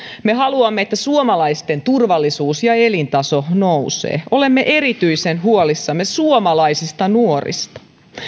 me haluamme että suomalaisten turvallisuus ja elintaso nousevat olemme erityisen huolissamme suomalaisista nuorista